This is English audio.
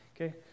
okay